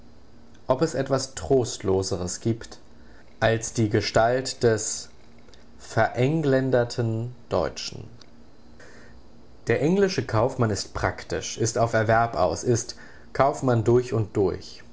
ob es etwas trostloseres gibt als die gestalt des verengländerten deutschen der englische kaufmann ist praktisch ist auf erwerb aus ist kaufmann durch und durch